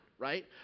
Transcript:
Right